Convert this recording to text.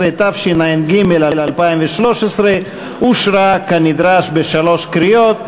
11), התשע"ג 2013, אושרה כנדרש בשלוש קריאות.